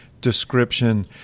description